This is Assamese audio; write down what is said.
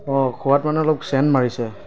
অঁ খোৱাটো মানে অলপ চেণ্ট মাৰিছে